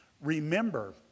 Remember